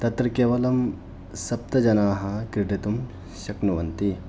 तत्र केवलं सप्तजनाः क्रीडितुं शक्नुवन्ति